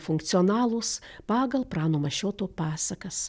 funkcionalūs pagal prano mašioto pasakas